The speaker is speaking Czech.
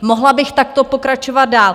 Mohla bych takto pokračovat dál.